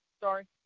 Sorry